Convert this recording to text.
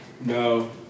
No